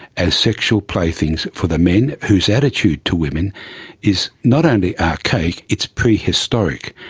as sexual playthings for the men, whose attitude to women is not only archaic it's prehistoric.